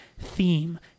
theme